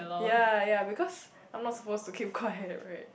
ya ya because I'm not supposed to keep quiet right